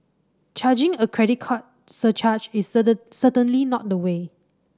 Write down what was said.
charging a credit card surcharge is certain certainly not the way